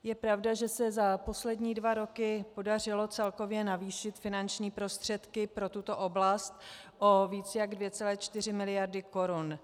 Je pravda, že se za poslední dva roky podařilo celkově navýšit finanční prostředky pro tuto oblast o více jak 2,4 mld. korun.